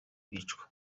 kwicwa